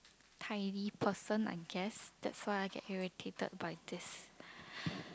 tidy person I guess that why I get irritated by this